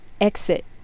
exit